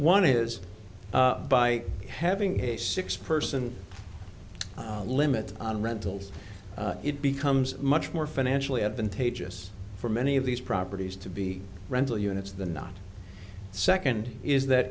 one is by having a six person limit on rentals it becomes much more financially advantageous for many of these properties to be rental units the not second is that